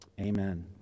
Amen